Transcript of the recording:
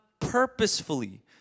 purposefully